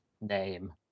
name